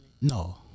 No